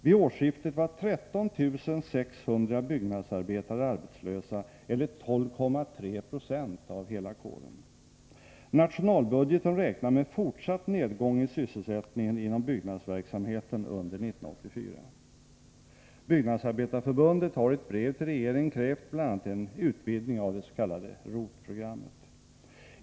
Vid årsskiftet var 13600 byggnadsarbetare arbetslösa, eller 12,3 70 av hela kåren. Nationalbudgeten räknar med fortsatt nedgång i sysselsättningen inom byggnadsverksamheten under 1984. Byggnadsarbetareförbundet har i ett brev till regeringen krävt bl.a. en utvidgning av det s.k. ROT-programmet.